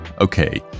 okay